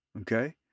okay